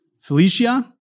Felicia